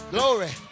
Glory